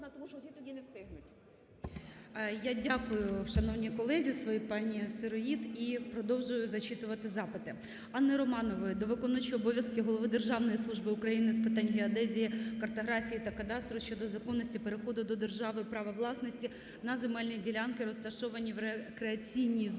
Я дякую шановній колезі своїй, пані Сироїд. І продовжую зачитувати запити. Анни Романової до виконуючого обов'язки голови Державної служби України з питань геодезії, картографії та кадастру щодо законності переходу до держави права власності на земельні ділянки, розташовані в рекреаційній зоні